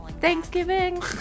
Thanksgiving